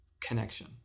connection